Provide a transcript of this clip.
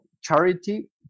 charity